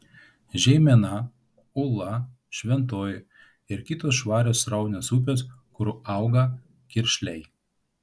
žeimena ūla šventoji ir kitos švarios sraunios upės kur auga kiršliai